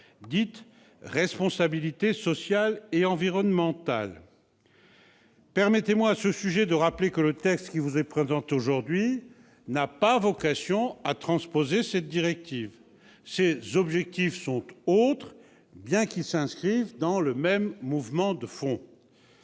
la responsabilité sociale et environnementale. Permettez-moi, à ce sujet, de rappeler que le texte qui vous est présenté aujourd'hui n'a pas vocation à transposer cette directive. C'est dommage ! Ses objectifs sont autres, bien qu'il s'inscrive dans le même mouvement de fond.